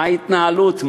מה ההתנהלות,